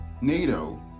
NATO